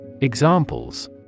Examples